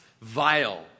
vile